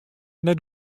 net